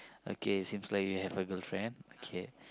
okay seems like you have a girlfriend okay